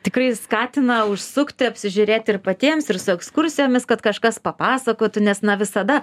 tikrai skatina užsukti apsižiūrėti ir patiems ir su ekskursijomis kad kažkas papasakotų nes na visada